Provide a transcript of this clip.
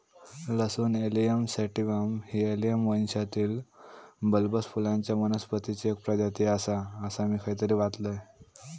लसूण allium sativum ही allium वंशातील बल्बस फुलांच्या वनस्पतीची एक प्रजाती आसा, असा मी खयतरी वाचलंय